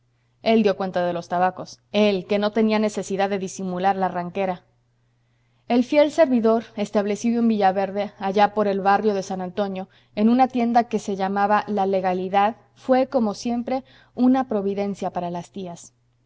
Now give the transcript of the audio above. el dio cuenta de los tabacos él que no tenía necesidad de disimular la arranquera el fiel servidor establecido en villaverde allá por el barrio de san antonio en una tienda que se llamaba la legalidad fué como siempre una providencia para las tías